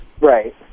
Right